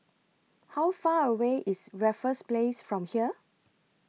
How Far away IS Raffles Place from here